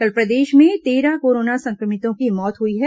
कल प्रदेश में तेरह कोरोना संक्रमितों की मौत हुई है